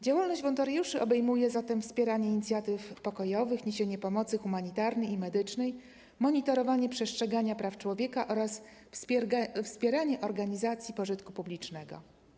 Działalność wolontariuszy obejmuje zatem wspieranie inicjatyw pokojowych, niesienie pomocy humanitarnej i medycznej, monitorowanie przestrzegania praw człowieka oraz wspieranie organizacji pożytku publicznego.